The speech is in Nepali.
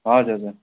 हजुर हजुर